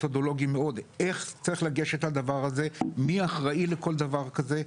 מתודולוגי איך צריך לגשת לדבר הזה ומי אחראי לכל דבר כזה.